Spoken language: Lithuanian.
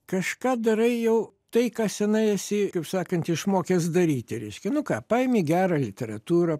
kažką darai jau tai ką senai esi kaip sakant išmokęs daryti reiškia nu ką paimi gerą literatūrą